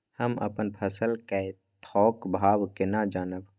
हम अपन फसल कै थौक भाव केना जानब?